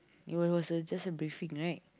it was was a just a briefing right